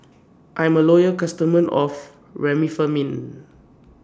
I'm A Loyal customer of Remifemin